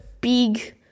big